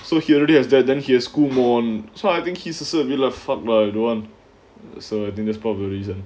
so here already has there than here school mourn so I think he's a sort of elephant mode one so I think that's part of the reason